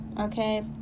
okay